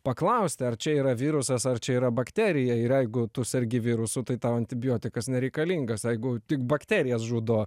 paklausti ar čia yra virusas ar čia yra bakterija ir jeigu tu sergi virusu tai tau antibiotikas nereikalingas jeigu tik bakterijas žudo